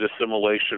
assimilation